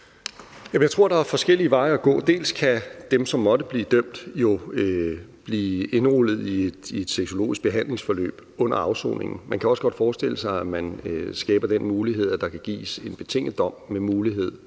jeg tror, at der er forskellige veje at gå. Dels kan dem, som måtte blive dømt, jo blive indrulleret i et sexologisk behandlingsforløb under afsoningen. Dels kan man forestille sig, at man skaber den mulighed, at der kan gives en betinget dom med betingelse